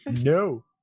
No